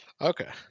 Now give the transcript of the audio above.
Okay